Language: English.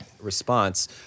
response